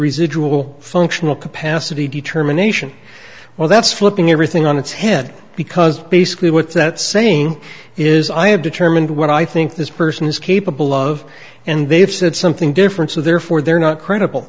residual functional capacity determination well that's flipping everything on its head because basically what that saying is i have determined what i think this person is capable of and they've said something different so therefore they're not credible